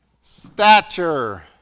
stature